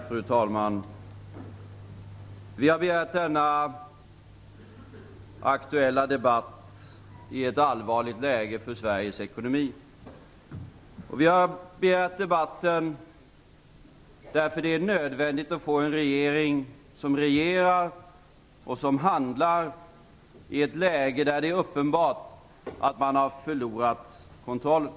Fru talman! Vi har begärt denna aktuella debatt i ett allvarligt läge för Sveriges ekonomi. Vi har begärt debatten därför att det är nödvändigt att få en regering som regerar och handlar i ett läge där det är uppenbart att man har förlorat kontrollen.